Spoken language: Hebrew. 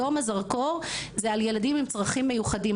הזרקור היום הוא על ילדים עם צרכים מיוחדים.